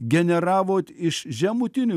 generavot iš žemutinių